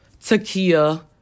Takia